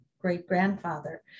great-grandfather